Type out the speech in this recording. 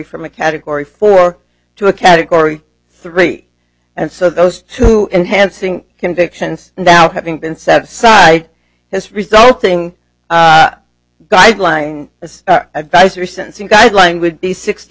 from a category four to a category three and so those two enhancing convictions now having been set aside his resulting guy flying this advisory sentencing guidelines would be sixty